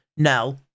No